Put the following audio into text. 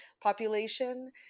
population